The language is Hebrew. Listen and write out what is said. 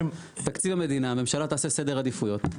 תקציב המדינה הממשלה תעשה סדר עדיפויות,